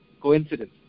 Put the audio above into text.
coincidence